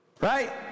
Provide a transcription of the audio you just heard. Right